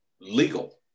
legal